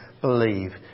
believe